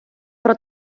про